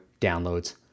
downloads